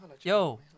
Yo